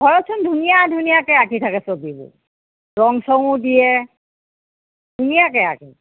ঘৰতচোন ধুনীয়া ধুনীয়াকৈ আঁকি থাকে ছবিবোৰ ৰং চঙো দিয়ে ধুনীয়াকৈ আঁকে